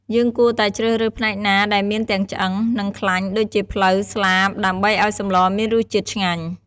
យើងគួរតែជ្រើសរើសផ្នែកណាដែលមានទាំងឆ្អឹង និងខ្លាញ់ ដូចជាភ្លៅ ស្លាប ដើម្បីឱ្យសម្លមានរសជាតិឆ្ងាញ់។